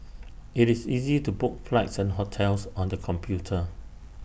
IT is easy to book flights and hotels on the computer